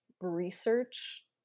research